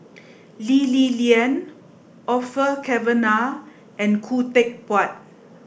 Lee Li Lian Orfeur Cavenagh and Khoo Teck Puat